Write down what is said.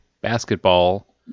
basketball